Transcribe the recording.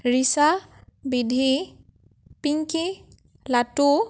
Richa Bidhi Pinki Latu